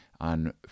on